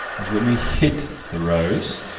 was when we hid the rows,